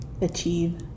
achieve